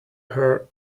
her